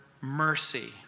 mercy